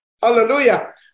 hallelujah